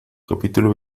capítulo